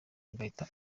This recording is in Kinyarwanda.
agahita